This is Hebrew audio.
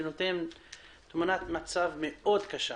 שנותנים תמונה מאוד קשה.